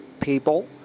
people